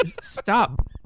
Stop